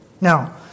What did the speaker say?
Now